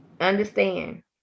Understand